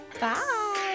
Bye